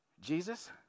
Jesus